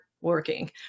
working